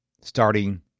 starting